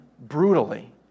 brutally